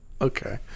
okay